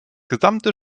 gesamte